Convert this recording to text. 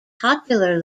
popular